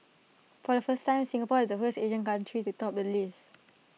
for the first time Singapore is the first Asian country to top the list